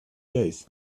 days